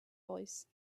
voice